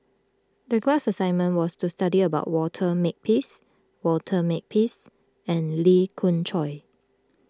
the class assignment was to study about Walter Makepeace Walter Makepeace and Lee Khoon Choy